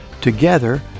Together